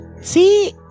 See